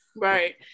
right